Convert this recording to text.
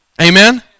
Amen